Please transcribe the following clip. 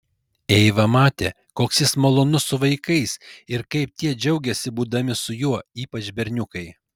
eiva matė koks jis malonus su vaikais ir kaip tie džiaugiasi būdami su juo ypač berniukai